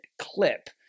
clip